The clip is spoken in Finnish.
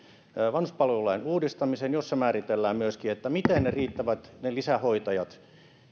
vanhuspalvelulain uudistamisen jossa määritellään myöskin miten ne lisähoitajat riittävät